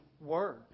Word